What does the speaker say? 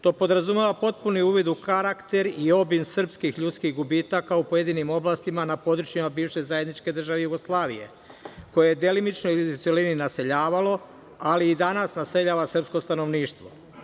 To podrazumeva potpuni uvid u karakter i obim srpskih ljudskih gubitaka u pojedinim oblastima na područjima bivše zajedničke države Jugoslavije, koje je delimično ili u celini naseljavalo, ali i danas naseljava srpsko stanovništvo.